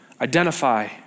Identify